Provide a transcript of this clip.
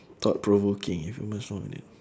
thought-provoking if humans no longer need